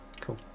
Cool